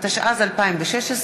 התשע"ז 2016,